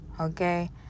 Okay